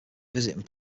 visiting